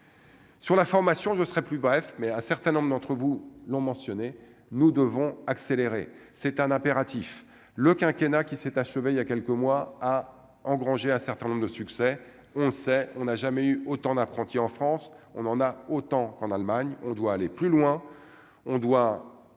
Sur la formation, je serais plus bref, mais un certain nombre d'entre vous l'ont mentionné nous devons accélérer, c'est un impératif le quinquennat qui s'est achevée il y a quelques mois, a engrangé un certain nombre de succès, on sait, on a jamais eu autant d'apprentis en France, on en a autant qu'en Allemagne, on doit aller plus loin, on doit